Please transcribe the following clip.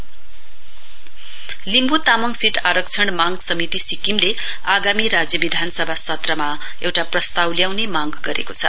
LT seat Limbu Tamang seat आरक्षण मांग समिति सिक्किमले आगामी राज्य विधानसभा सत्रमा एउटा प्रस्ताव ल्याउने मांग गरेको छ